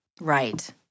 right